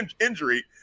injury